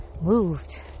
moved